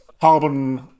carbon